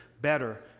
better